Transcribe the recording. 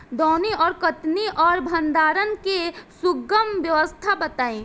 दौनी और कटनी और भंडारण के सुगम व्यवस्था बताई?